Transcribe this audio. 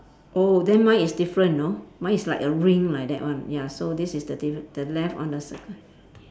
oh then mine is different you know mine is like a ring like that one ya so this is the differen~ the left on the circle